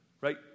Right